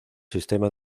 sistema